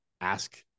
ask